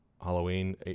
halloween